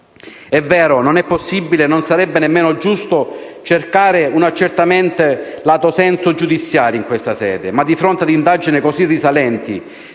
È vero, non è possibile e non sarebbe nemmeno giusto cercare un accertamento *latu sensu* giudiziario in questa sede, ma di fronte ad indagini così risalenti,